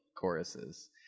choruses